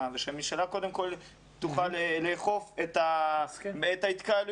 והממשלה קודם כל תוכל לאכוף את ההתקהלויות,